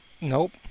Nope